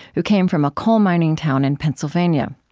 who came from a coal-mining town in pennsylvania.